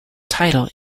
title